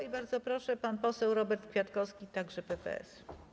I bardzo proszę, pan poseł Robert Kwiatkowski, także PPS.